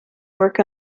work